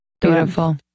Beautiful